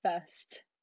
first